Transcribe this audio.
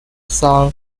son